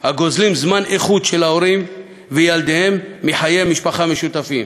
הגוזלים זמן איכות של ההורים וילדיהם מחיי משפחה משותפים.